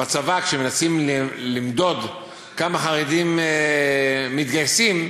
בצבא, כשמנסים למדוד כמה חרדים מתגייסים,